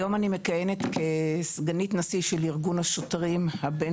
היום אני מכהנת כסגנית נשיא של ארגון השוטרים הבין